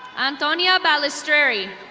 antonia balasteri.